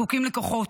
זקוקים לכוחות,